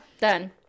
Done